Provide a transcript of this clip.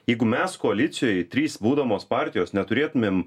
jeigu mes koalicijoj trys būdamos partijos neturėtumėm